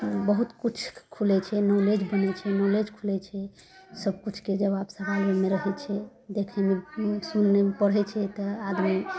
बहुत किछु खुलय छै नॉलेज बनै छै नॉलेज खुलय छै सबकिछुके जबाव ओकरा लगमे रहय छै देखयमे एन्ने सँ ओन्ने पढ़य छै तऽ आदमी